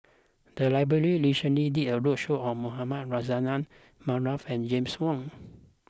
the library recently did a roadshow on Mohamed Rozani Maarof and James Wong